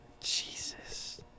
Jesus